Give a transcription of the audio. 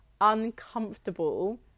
uncomfortable